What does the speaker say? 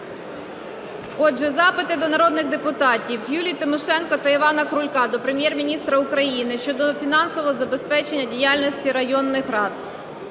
Отже, запити до народних депутатів. Юлії Тимошенко та Івана Крулька до Прем'єр-міністра України щодо фінансового забезпечення діяльності районних рад.